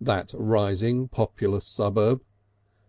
that rising populous suburb